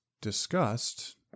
discussed